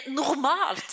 normal